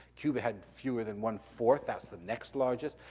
cuba had fewer than one four, that's the next largest.